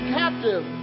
captive